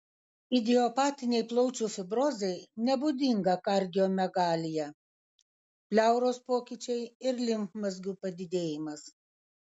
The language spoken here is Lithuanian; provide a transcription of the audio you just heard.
idiopatinei plaučių fibrozei nebūdinga kardiomegalija pleuros pokyčiai ir limfmazgių padidėjimas